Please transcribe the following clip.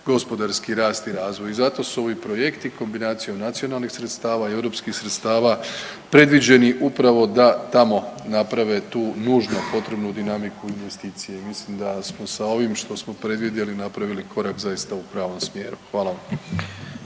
gospodarski rast i razvoj. I zato su ovi projekti kombinacijom nacionalnih sredstava i europskih sredstava predviđeni upravo da tamo naprave tu nužno potrebnu dinamiku i investicije. I mislim da smo sa ovim što smo predvidjeli napravili korak zaista u pravom smjeru. Hvala